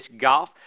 Golf